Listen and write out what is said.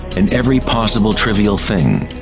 and every possible trivial thing.